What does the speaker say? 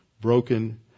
broken